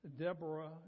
Deborah